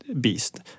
beast